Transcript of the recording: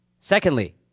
Secondly